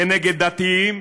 כנגד דתיים